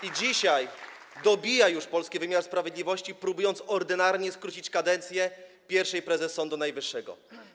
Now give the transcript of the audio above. I dzisiaj dobija już polski wymiar sprawiedliwości, próbując ordynarnie skrócić kadencję pierwszej prezes Sądu Najwyższego.